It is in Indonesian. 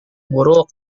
buruk